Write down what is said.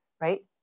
right